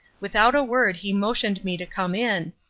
without a word he motioned me to come in,